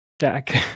Jack